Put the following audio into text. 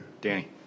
Danny